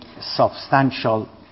substantial